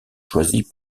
choisis